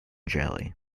jelly